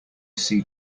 see